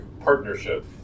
Partnership